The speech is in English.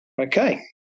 okay